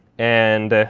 and